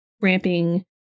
ramping